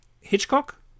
Hitchcock